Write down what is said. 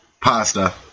pasta